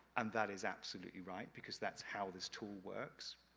and that is absolutely right, because that's how this tool works.